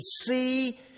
see